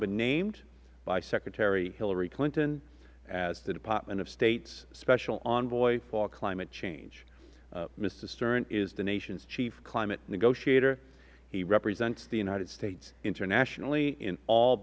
been named by secretary hillary clinton as the department of state's special envoy for climate change mister stern is the nation's chief climate negotiator he represents the united states internationally in all